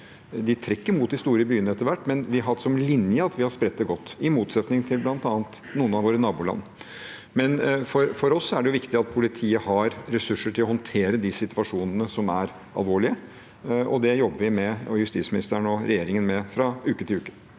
De trekker mot de store byene etter hvert, men vi har hatt som linje at vi har spredt det godt, i motsetning til bl.a. noen av våre naboland. For oss er det viktig at politiet har ressurser til å håndtere de situasjonene som er alvorlige, og det jobber vi med. Justisministeren og regjeringen jobber med det fra uke til uke.